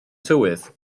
tywydd